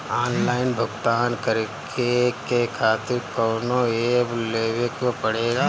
Online भुगतान करके के खातिर कौनो ऐप लेवेके पड़ेला?